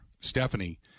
Stephanie